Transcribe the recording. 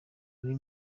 muri